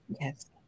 Yes